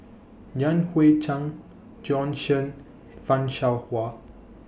Yan Hui Chang Bjorn Shen fan Shao Hua